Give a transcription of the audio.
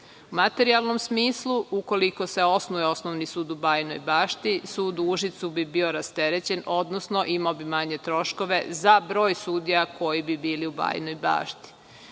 U materijalnom smislu, ukoliko se osnuje osnovni sud u Bajinoj Bašti, sud u Užicu bi bio rasterećen, odnosno imao bi manje troškove za broj sudija koji bi bili u Bajinoj